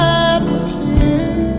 atmosphere